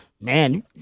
man